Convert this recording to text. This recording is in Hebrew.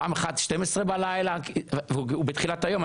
פעם אחת בחצות והוא בתחילת היום.